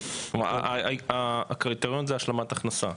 כלומר הקריטריון זה השלמת הכנסה.